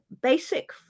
basic